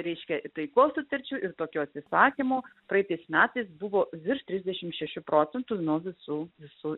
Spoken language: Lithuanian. reiškia taikos sutarčių ir tokių atsisakymų praeitais metais buvo virš trisdešim šešių procentų nuo visų visų